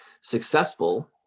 successful